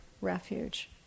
refuge